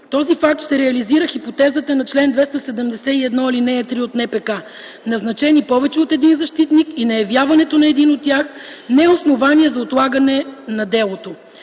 този факт ще реализира хипотезата на чл. 271, ал. 3 от НПК – назначени повече от един защитник и неявяването на един от тях не е основание за отлагане на делото.